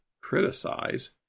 criticize